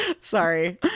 Sorry